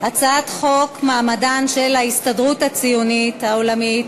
הצעת חוק מעמדן של ההסתדרות הציונית העולמית